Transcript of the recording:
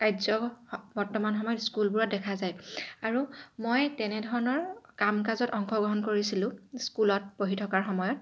কাৰ্য স বৰ্তমান সময়ত স্কুলবোৰত দেখা যায় আৰু মই তেনেধৰণৰ কাম কাজত অংশগ্ৰহণ কৰিছিলোঁ স্কুলত পঢ়ি থকাৰ সময়ত